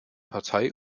partei